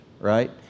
right